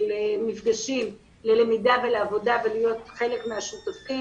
מפגשים ללמידה ולעבודה ולהיות חלק מהשותפים.